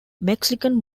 mexican